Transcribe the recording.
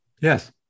yes